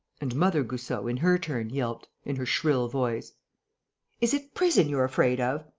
and mother goussot, in her turn, yelped, in her shrill voice is it prison you're afraid of?